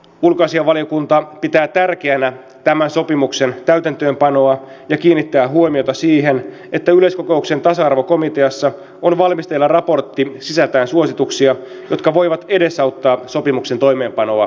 ulkoasiainvaliokunta pitää tärkeänä tämän sopimuksen täytäntöönpanoa ja kiinnittää huomiota siihen että yleiskokouksen tasa arvokomiteassa on valmisteilla raportti sisältäen suosituksia jotka voivat edesauttaa sopimuksen toimeenpanoa suomessa